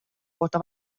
kohta